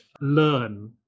learn